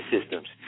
systems